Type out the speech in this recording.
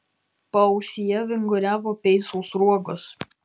paausyje vinguriavo peisų sruogos